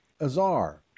Azar